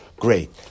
great